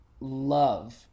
love